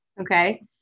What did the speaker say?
Okay